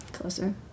closer